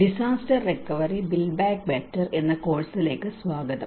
disaster recovery build back better എന്ന കോഴ്സിലേക്ക് സ്വാഗതം